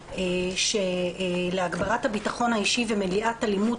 תכנית להגברת הביטחון האישי ומניעת אלימות